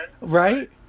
Right